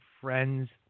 friends